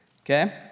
Okay